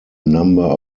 number